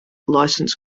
license